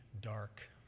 dark